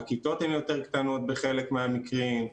הכיתות הן יותר קטנות בחלק מהמקרים,